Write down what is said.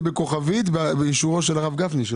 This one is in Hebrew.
זה עם כוכבית ובאישור של הרב גפני.